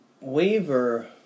waiver